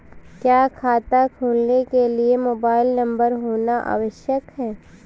क्या खाता खोलने के लिए मोबाइल नंबर होना आवश्यक है?